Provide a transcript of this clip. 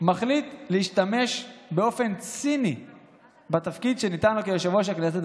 מחליט להשתמש באופן ציני בתפקיד שניתן לו כיושב-ראש הכנסת,